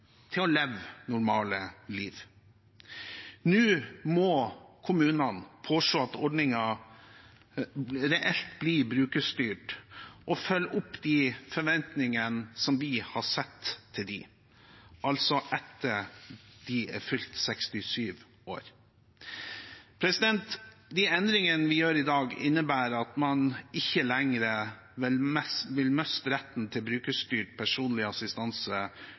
til å leve normale liv. Nå må kommunene påse at ordningen reelt blir brukerstyrt og følge opp de forventningene som vi har satt til dem, altså etter at man er fylt 67 år. De endringene vi gjør i dag, innebærer at man ikke lenger vil miste retten til brukerstyrt personlig assistanse